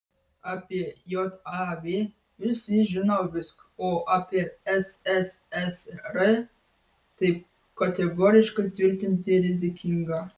apie jav visi žino viską o apie sssr taip kategoriškai tvirtinti rizikinga